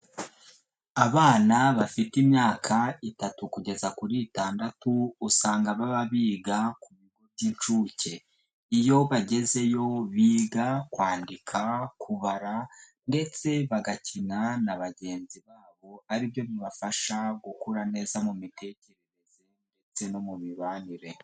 Abana bafite imyaka itatu kugeza kuri itandatu usanga baba biga kugo by'incuke. Iyo bagezeyo biga kwandika, kubara ndetse bagakina na bagenzi babo aribyo bibafasha gukura neza mu mitekerereze ndetse no mu mibanire.